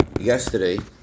yesterday